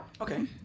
Okay